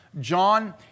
John